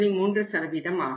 3 ஆகும்